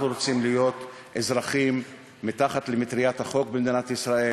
אנחנו רוצים להיות אזרחים מתחת למטריית החוק במדינת ישראל,